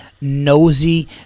nosy